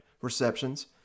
receptions